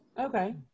Okay